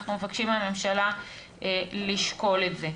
אנחנו מבקשים מהממשלה לשקול את זה.